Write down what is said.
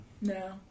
No